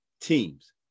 teams